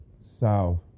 South